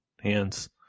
hands